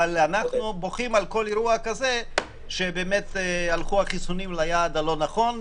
אבל אנחנו בוכים על כל אירוע כזה שבו הלכו החיסונים ליעד הלא נכון.